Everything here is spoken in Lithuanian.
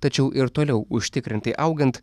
tačiau ir toliau užtikrintai augant